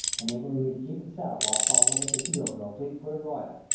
enabling me to keep the saddle while following at the heels of a fleet-footed ryot,